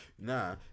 nah